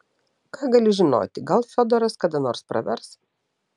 ką gali žinoti gal fiodoras kada nors pravers